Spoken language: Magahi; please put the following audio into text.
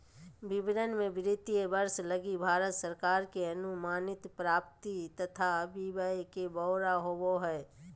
विवरण मे वित्तीय वर्ष लगी भारत सरकार के अनुमानित प्राप्ति तथा व्यय के ब्यौरा होवो हय